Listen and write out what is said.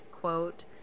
quote